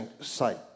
site